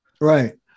Right